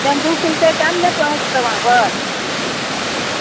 tempo खुलतै तब ने पहुँचतै वहाँ पर एक एक किलो बला दूध पीयू अहाँ सब